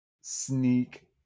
sneak